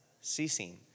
ceasing